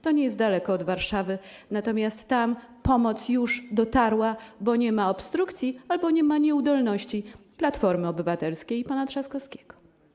To nie jest daleko od Warszawy, natomiast tam pomoc już dotarła, bo nie ma obstrukcji albo nie ma nieudolności Platformy Obywatelskiej i pana Trzaskowskiego.